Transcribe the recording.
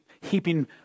heaping